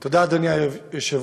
תודה, אדוני היושב-ראש.